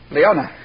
Leona